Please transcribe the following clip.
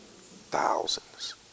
Thousands